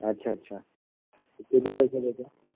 अच्छा अच्छा किती पैसे त्याचे